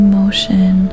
Emotion